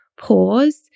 pause